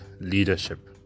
leadership